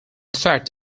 fact